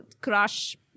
crush